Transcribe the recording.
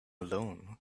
alone